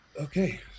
okay